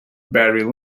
barry